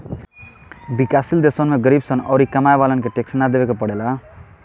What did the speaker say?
विकाश शील देशवन में गरीब सन अउरी कमाए वालन के टैक्स ना देवे के पड़ेला